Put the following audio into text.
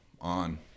on